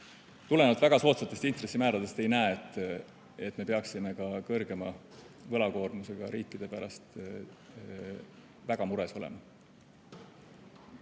tulenevalt väga soodsatest intressimääradest ei näe, et me peaksime ka kõrgema võlakoormusega riikide pärast väga mures olema.